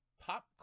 pop